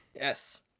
Yes